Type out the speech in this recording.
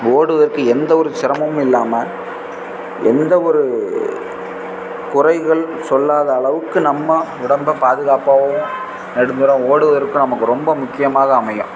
ஓடுவற்கு எந்த ஒரு சிரமமும் இல்லாமல் எந்த ஒரு குறைகள் சொல்லாத அளவுக்கு நம்ம உடம்பை பாதுகாப்பாகவும் நெடுந்தூரம் ஓடுவதற்கும் நமக்கு ரொம்ப முக்கியமாக அமையும்